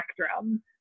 spectrum